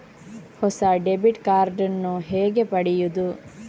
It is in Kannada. ಹೊಸ ಡೆಬಿಟ್ ಕಾರ್ಡ್ ನ್ನು ಹೇಗೆ ಪಡೆಯುದು?